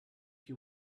you